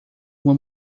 uma